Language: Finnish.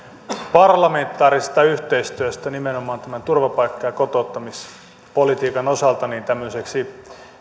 parlamentaarisesta yhteistyöstä nimenomaan tämän turvapaikka ja kotouttamispolitiikan osalta tämmöiseksi